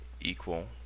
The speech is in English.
equal